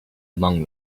among